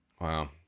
Wow